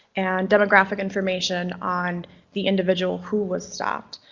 and demographic information on the individual who was stopped.